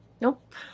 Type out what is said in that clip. Nope